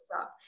up